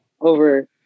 over